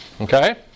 Okay